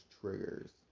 triggers